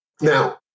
Now